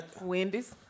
Wendy's